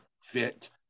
fit